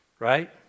Right